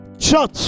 church